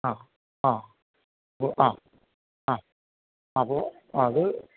ആ ആ ആ ആ അപ്പോള് അത്